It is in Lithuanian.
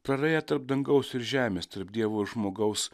praraja tarp dangaus ir žemės tarp dievo ir žmogaus